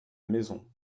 maison